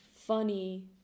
Funny